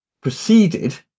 proceeded